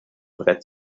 brett